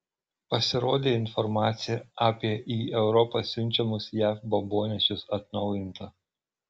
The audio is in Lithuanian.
pasirodė informacija apie į europą siunčiamus jav bombonešius atnaujinta